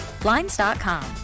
blinds.com